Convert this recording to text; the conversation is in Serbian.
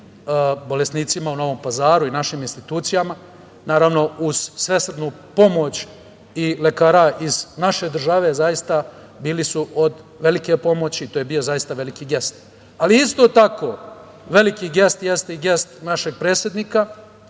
bolesnicima u Novom Pazaru i našim institucijama, naravno, uz svesrdnu pomoć lekara iz naše države. Zaista, bili su od velike pomoći, to je bio zaista veliki gest. Isto tako, veliki gest jeste i gest našeg predsednika